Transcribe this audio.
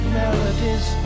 melodies